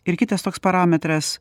ir kitas toks parametras